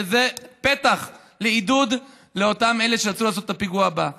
זה פתח לעידוד לאלה שירצו לעשות את הפיגוע הבא.